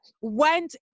went